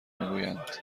میگویند